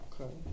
Okay